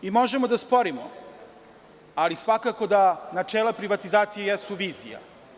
Možemo da sporimo, ali da svakako načela privatizacije jesu vizija.